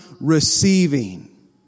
receiving